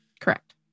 Correct